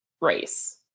race